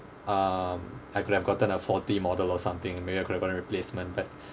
um I could have gotten a faulty model or something maybe I could have gotten a replacement but